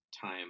time